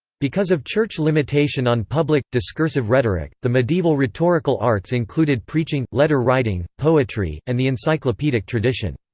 because of church limitation on public, discursive rhetoric, the medieval rhetorical arts included preaching, letter writing, poetry, and the encyclopedic tradition.